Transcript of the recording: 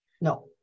No